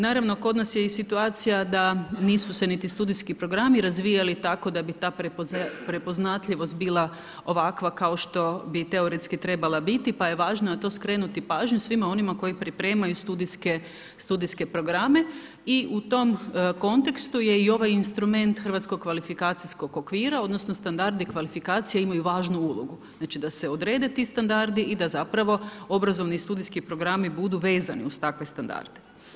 Naravno kod nas je i situacija da nisu se niti studijski programi razvijali tako da bi ta prepoznatljivost bila ovakva kao što bi teoretski trebala biti pa je važno na to skrenuti pažnju svima onima koji pripremaju studijske programe i u tom kontekstu je i ovaj instrument Hrvatskoga kvalifikacijskog okvira odnosno standardi kvalifikacije imaju važnu ulogu, znači da se odrede ti standardi i da zapravo obrazovni studijski programi budu vezani uz takve standarde.